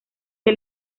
que